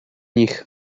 nich